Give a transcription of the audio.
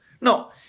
No